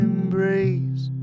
Embrace